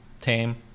tame